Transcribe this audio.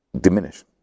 diminish